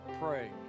pray